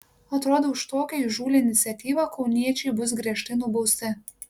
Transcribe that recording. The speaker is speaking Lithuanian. atrodo už tokią įžūlią iniciatyvą kauniečiai bus griežtai nubausti